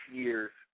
year's